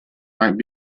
might